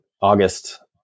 August